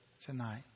tonight